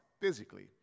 physically